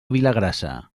vilagrassa